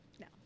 No